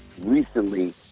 recently